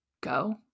Go